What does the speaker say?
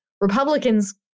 Republicans